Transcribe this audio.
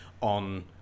On